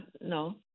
no